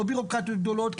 לא בירוקרטיות גדולות,